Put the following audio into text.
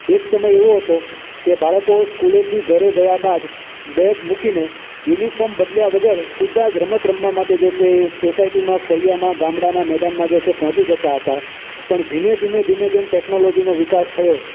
એક સમય એવો હતો કે બાળકો સ્કૂલેથી ઘરે ગયા બાદ બેગ મૂકીને યુનિફોર્મ બદલ્યા વગર સીધા જ રમત રમવા માટે જે છે એ સોસાયટીમાં ફળીયામાં ગામડાના મેદાનમાં જે છે પહોંચી જતા હતા પણ ધીમે ધીમે ધીમે જેમ ટેક્નોલોજીનો વિકાસ થયો